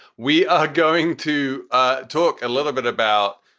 we are going to ah talk a little bit about,